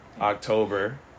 October